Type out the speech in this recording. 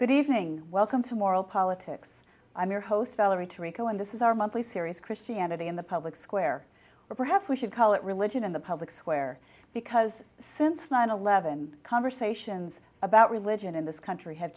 good evening welcome to moral politics i'm your host valerie to rico and this is our monthly series christianity in the public square or perhaps we should call it religion in the public square because since nine eleven conversations about religion in this country ha